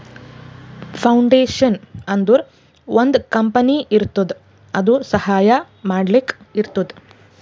foundation ಅಂದುರ್ ಒಂದ್ company ಇರ್ತುದ್ ಅದು ಸಹಾಯ ಮಾಡ್ಲಕ್ ಇರ್ತುದ್